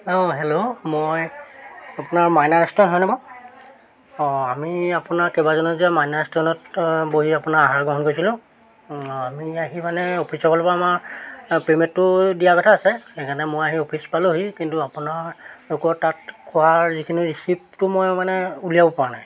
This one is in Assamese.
অঁ হেল্ল' মই আপোনাৰ মাইনা ৰেষ্টুৰেণ্ট হয় নে বাৰু অঁ আমি আপোনাৰ কেইবাজনো যে মাইনা ৰেষ্টুৰেণ্টত বহি আপোনাৰ আহাৰ গ্ৰহণ কৰিছিলোঁ আমি আহি মানে এই অফিচৰফালৰপৰা আমাৰ পে'মেণ্টটো দিয়া কথা আছে সেইকাৰণে মই আহি অফিচ পালোঁহি কিন্তু আপোনালোকৰ তাত খোৱাৰ যিখিনি ৰিচিপ্টটো মই মানে উলিয়াব পৰা নাই